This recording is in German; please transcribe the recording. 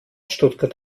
stuttgart